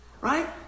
Right